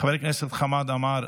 חבר הכנסת חמד עמאר,